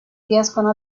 riescono